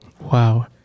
Wow